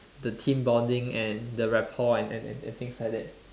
the team bonding and the rapport and and and things like that